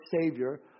Savior